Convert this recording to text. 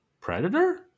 predator